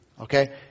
Okay